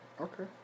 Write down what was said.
Okay